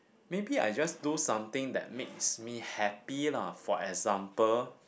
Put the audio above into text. maybe I just do something that makes me happy lah for example